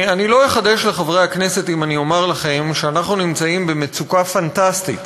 אני לא אחדש לחברי הכנסת אם אומר לכם שאנחנו נמצאים במצוקה פנטסטית